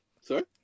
sorry